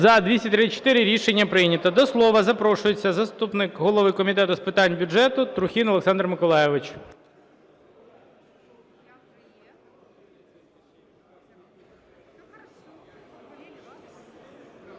За-234 Рішення прийнято. До слова запрошується заступник голови Комітету з питань бюджету Трухін Олександр Миколайович.